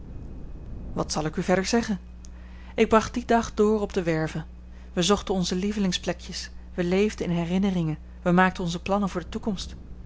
wat zal ik u verder zeggen ik bracht dien dag door op de werve wij zochten onze lievelingsplekjes wij leefden in herinneringen wij maakten onze plannen voor de toekomst